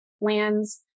lands